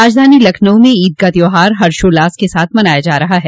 राजधानी लखनऊ में ईद का त्यौहार हर्षोल्लास के साथ मनाया जा रहा है